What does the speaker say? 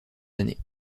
années